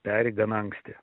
peri gana anksti